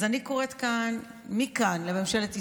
אז אני קוראת מכאן לממשלת ישראל,